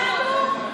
עלוב, עלוב.